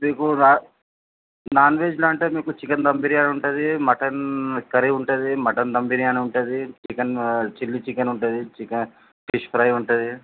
మీకు నాన్ వెజ్లో అంటే మీకు చికెన్ దమ్ బిర్యానీ ఉంటుంది మటన్ కర్రీ ఉంటుంది మటన్ దమ్ బిర్యానీ ఉంటుంది చికెన్ చిల్లీ చికెన్ ఉంటుంది చికెన్ ఫిష్ ఫ్రై ఉంటుంది